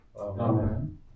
Amen